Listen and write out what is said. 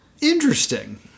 Interesting